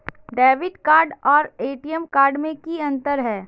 Debit card आर टी.एम card में की अंतर है?